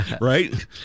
right